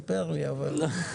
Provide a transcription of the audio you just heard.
זמן.